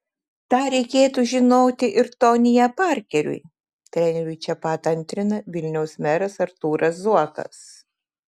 tą reikėtų žinoti ir tonyje parkeriui treneriui čia pat antrina vilniaus meras artūras zuokas